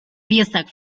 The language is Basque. piezak